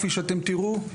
כפי שאתם תראו,